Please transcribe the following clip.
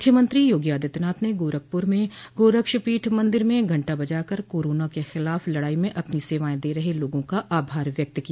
मुख्यमंत्री योगी आदित्यनाथ ने गोरखपुर में गोरक्षपीठ मंदिर में घंटा बजाकर कोरोना के खिलाफ लड़ाई में अपनी सेवाएं दे रहे लोगों का आभार व्यक्त किया